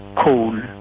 coal